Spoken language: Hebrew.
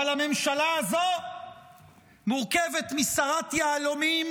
אבל הממשלה הזו מורכבת משרת יהלומים